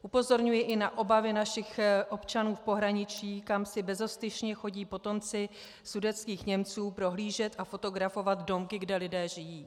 Upozorňuji i na obavy našich občanů v pohraničí, kam si bezostyšně chodí potomci sudetských Němců prohlížet a fotografovat domky, kde lidé žijí.